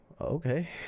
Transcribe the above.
okay